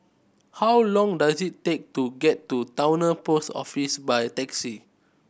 how long does it take to get to Towner Post Office by taxi